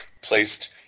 placed